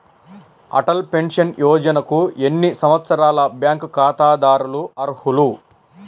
Atal pension యోజనకు ఎన్ని సంవత్సరాల బ్యాంక్ ఖాతాదారులు అర్హులు?